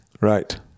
Right